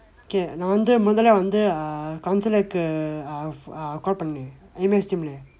okay நான் வந்து முதலை வந்து:naan vandthu muthalai vandthu ah counsellor uh uh call பனேன்:panneen M_S teams இல்ல:illa